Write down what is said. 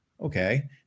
Okay